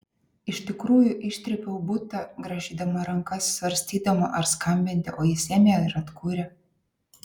iš tikrųjų ištrypiau butą grąžydama rankas svarstydama ar skambinti o jis ėmė ir atkūrė